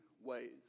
ways